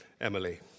Emily